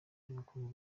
ry’ubukungu